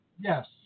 Yes